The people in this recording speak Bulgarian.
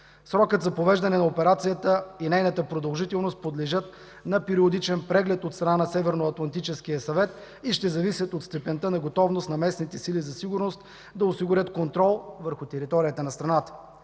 Срокът за провеждане на операцията и нейната продължителност подлежат на периодичен преглед от страна на Северноатлантическия съвет и ще зависят от степента на готовност на местните сили за сигурност да осигурят контрол върху територията на страната.